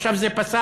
עכשיו זה פסק,